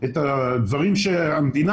את הדברים שהמדינה